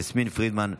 יסמין פרידמן,